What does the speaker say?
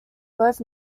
both